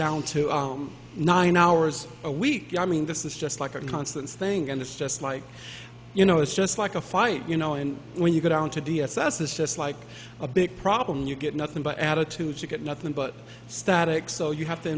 down to nine hours a week i mean this is just like a constant thing and it's just like you know it's just like a fight you know and when you go down to d s s it's just like a big problem you get nothing by attitudes you get nothing but static so you have to